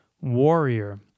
warrior